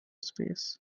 space